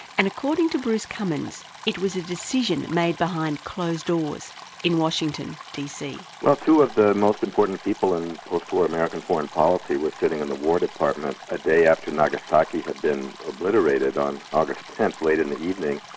and according to bruce cumings, it was a decision made behind closed doors in washington, d. c. well two of ah the most important people in post-war american foreign policy were sitting in the war department a day after nagasaki had been obliterated on august tenth, late in the evening,